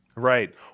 Right